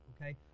Okay